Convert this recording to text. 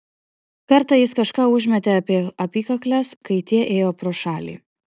kartą jis kažką užmetė apie apykakles kai tie ėjo pro šalį